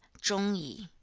zhong yi.